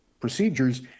procedures